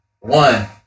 One